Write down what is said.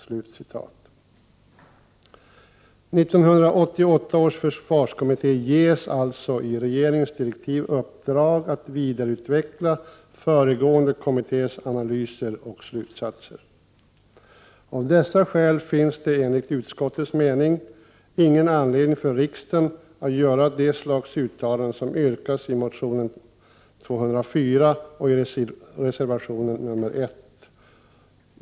1988 års försvarskommitté ges alltså i regeringens direktiv uppdraget att vidareutveckla den föregående kommitténs analyser och slutsatser. Av dessa 103 skäl finns det enligt utskottets mening ingen anledning för riksdagen att göra ett uttalande av det slag som yrkas i motionen Fö204 och reservation 1.